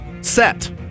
set